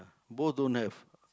both don't have